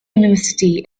university